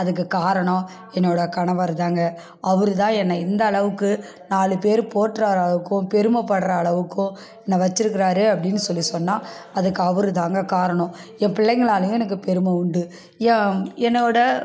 அதுக்கு காரணம் என்னோடய கணவர் தாங்க அவரு தான் என்ன இந்தளவுக்கு நாலு பேர் போற்ற அளவுக்கும் பெருமை படுற அளவுக்கும் என்ன வச்சிருக்கிறாரு அப்படின் சொல்லி சொன்னா அதுக்கு அவருதாங்க காரணம் என் பிள்ளைங்களாலேயும் எனக்கு பெருமை உண்டு ஏன் என்னோடய